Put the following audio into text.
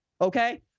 okay